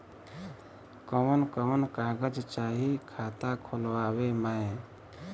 कवन कवन कागज चाही खाता खोलवावे मै?